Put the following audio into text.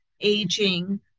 aging